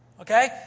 Okay